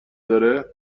داره